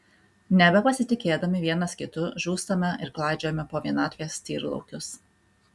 nebepasitikėdami vienas kitu žūstame ir klaidžiojame po vienatvės tyrlaukius